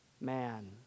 man